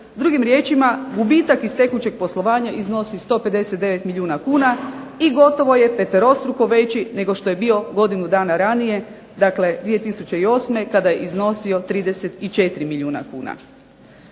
Drugim riječima, gubitak iz tekućeg poslovanja iznosi 159 milijuna kuna i gotovo je peterostruko veći nego što je bio godinu dana ranije dakle 2008. kada je iznosio 34 milijuna kuna.